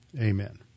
amen